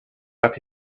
but